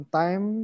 time